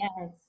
Yes